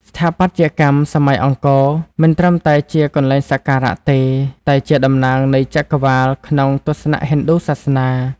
ស្ថាបត្យកម្មសម័យអង្គរមិនត្រឹមតែជាកន្លែងសក្ការៈទេ តែជាតំណាងនៃចក្រវាឡក្នុងទស្សនៈហិណ្ឌូសាសនា។